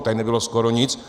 Tady nebylo skoro nic.